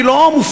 היא לא מופרכת,